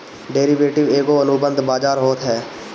derivative एगो अनुबंध बाजार होत हअ